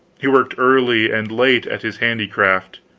he worked early and late at his handicraft,